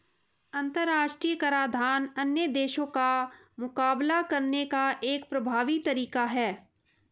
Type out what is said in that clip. अंतर्राष्ट्रीय कराधान अन्य देशों का मुकाबला करने का एक प्रभावी तरीका है